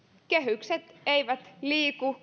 kehykset eivät liiku